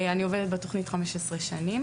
אני עובדת בתוכנית מזה 15 שנים,